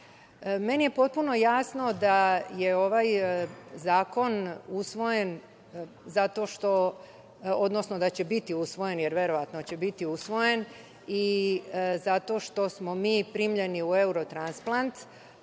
Meni je potpuno jasno da je ovaj zakon usvojen, odnosno da će biti usvojen, jer verovatno će biti usvojen, i zato što smo mi primljeni u Evrotransplant,